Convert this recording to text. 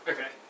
Okay